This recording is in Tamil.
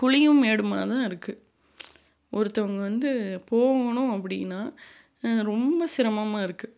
குழியும் மேடுமாக தான் இருக்குது ஒருத்தங்க வந்து போகணும் அப்படின்னா ரொம்ப சிரமமாக இருக்குது